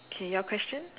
K your question